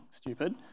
stupid